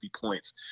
points